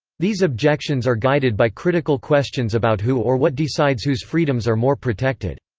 these objections are guided by critical questions about who or what decides whose freedoms are more protected.